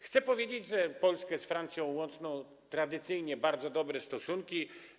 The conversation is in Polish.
Chcę powiedzieć, że Polskę z Francją łączą tradycyjnie bardzo dobre stosunki.